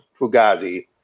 Fugazi